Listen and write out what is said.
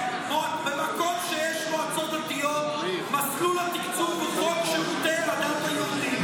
במקום שיש מועצות דתיות מסלול התקצוב הוא חוק שירותי הדת היהודית.